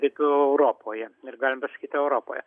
rytų europoje ir galim pasakyt europoje